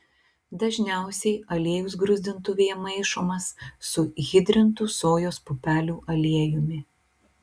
dažniausiai aliejus gruzdintuvėje maišomas su hidrintu sojos pupelių aliejumi